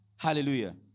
Hallelujah